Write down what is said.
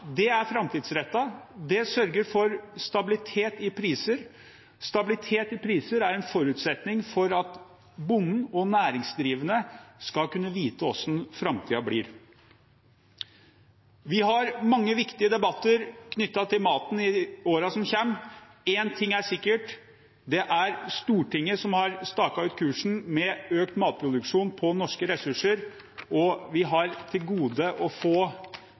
markedene er framtidsrettet. Det sørger for stabilitet i priser. Stabilitet i priser er en forutsetning for at bonden og næringsdrivende skal kunne vite hvordan framtiden blir. Vi vil ha mange viktige debatter knyttet til maten i årene som kommer. Én ting er sikkert: Det er Stortinget som har staket ut kursen med økt matproduksjon på norske ressurser, og vi har til gode å